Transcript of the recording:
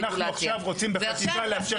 אז אנחנו עכשיו רוצים בחקיקה לאפשר את הרגולציה.